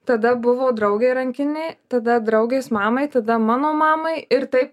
tada buvo draugei ir rankinė tada draugės mamai tada mano mamai ir taip